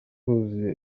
huzuye